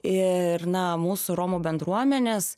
ir na mūsų romų bendruomenės